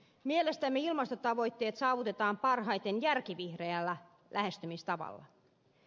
mielestämme ilmastotavoitteet saavutetaan parhaiten järkivihreällä lähestymistavalla